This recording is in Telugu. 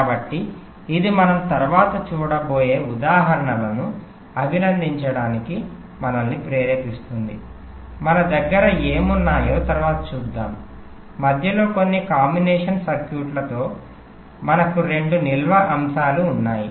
కాబట్టి ఇది మనము తరువాత చూడబోయే ఉదాహరణలను అభినందించడానికి మిమ్మల్ని ప్రేరేపిస్తుంది మన దగ్గర ఏమున్నాయో తరువాత చూద్దాం మధ్యలో కొన్ని కాంబినేషన్ సర్క్యూట్తో మనకు రెండు నిల్వ అంశాలు ఉన్నాయి